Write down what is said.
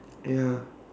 ya